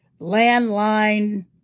landline